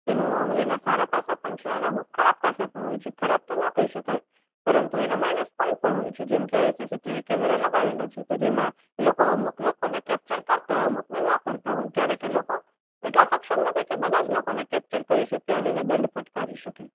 એનું એના સારા પાસા પણ છે અને અમુક ખરાબ પાસા પણ હોય છે ખરાબ તો નો કહી શકાય પરંતુ એના માઇનસ પોઈન્ટ પણ હોય છે જેમ કે સીસીટીવી કેમેરા લગાડેલા છે તો જેમાં એ લોકો અમુક લોકોને કેપ્ચર કરતાં હોય અમૂકને ન કરતાં હોય ક્યારેક એ લોકો એટલા સક્ષમ નથી કે બધા જ લોકોને કેપ્ચર કરી શકે અને એને દંડ ફટકારી શકે